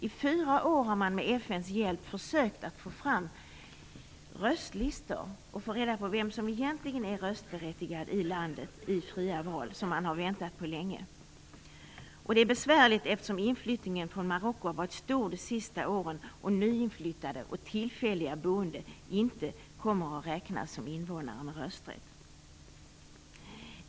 I fyra år har man med FN:s hjälp försökt att få fram röstlistor och att få reda på vem som egentligen är röstberättigad i de fria val i landet som man länge väntat på. Det är besvärligt eftersom inflyttningen från Marocko har varit stor de senaste åren och nyinflyttade och tillfälligt boende inte kommer att räknas som invånare med rösträtt.